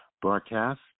broadcast